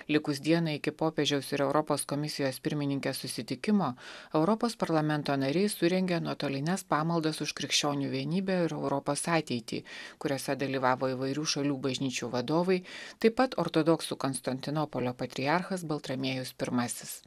likus dienai iki popiežiaus ir europos komisijos pirmininkės susitikimo europos parlamento nariai surengė nuotolines pamaldos už krikščionių vienybę ir europos ateitį kuriose dalyvavo įvairių šalių bažnyčių vadovai taip pat ortodoksų konstantinopolio patriarchas baltramiejus pirmasis